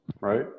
right